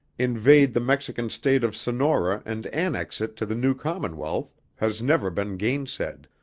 invade the mexican state of sonora and annex it to the new commonwealth, has never been gainsaid.